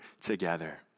together